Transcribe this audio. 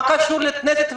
מה זה קשור לכנסת?